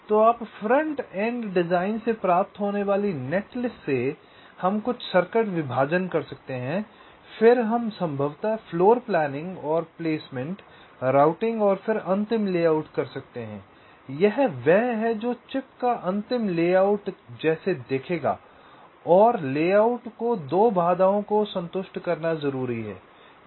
तो आप front end design से प्राप्त होने वाली नेटलिस्ट से हम कुछ सर्किट विभाजन कर सकते हैं फिर हम संभवतः फ्लोर प्लानिंग और प्लेसमेंट राउटिंग और फिर अंतिम लेआउट कर सकते हैं यह वह है जो चिप का अंतिम लेआउट जैसे दिखेगा और लेआउट को 2 बाधाओं को संतुष्ट करना ज़रूरी है